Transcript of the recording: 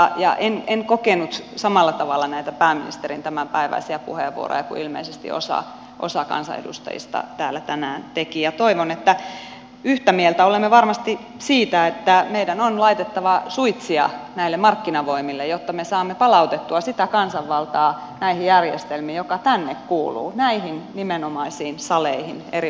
en kokenut samalla tavalla näitä pääministerin tämänpäiväisiä puheenvuoroja kuin ilmeisesti osa kansanedustajista täällä tänään koki ja toivon että yhtä mieltä olemme varmasti siitä että meidän on laitettava suitsia näille markkinavoimille jotta me saamme palautettua näihin järjestelmiin sitä kansanvaltaa joka tänne kuuluu näihin nimenomaisiin saleihin eri puolilla eurooppaa